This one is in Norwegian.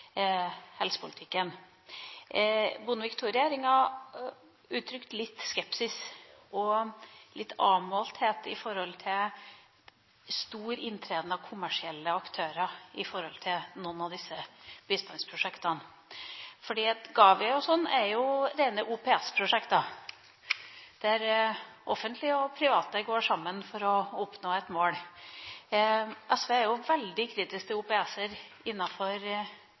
Bondevik II-regjeringa uttrykte litt skepsis og avmålthet når det gjaldt stor inntreden av kommersielle aktører i noen av disse bistandsprosjektene, for bl.a. GAVI er jo et rent offentlig–privat samarbeidsprosjekt, der offentlige og private går sammen for å oppnå et mål. SV er jo veldig kritisk til